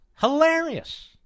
Hilarious